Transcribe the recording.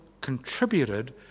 contributed